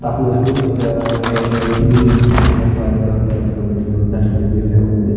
تَتھ منٛز ہیٚکو أسۍ ٲں ایریَل تہٕ بیٚیہِ کیاہ چھِ وَنان ہارِزَنٹَل ٲسۍ تَن ؤرٹِکَل دۄشوٕے وِیو ہیٚکو أنِتھ